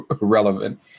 relevant